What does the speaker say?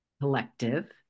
Collective